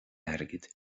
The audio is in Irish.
airgid